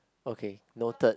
okay noted